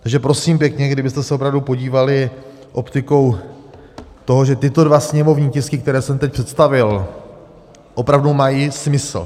Takže prosím pěkně, kdybyste se opravdu podívali optikou toho, že tyto dva sněmovní tisky, které jsem teď představil, opravdu mají smysl.